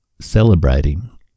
celebrating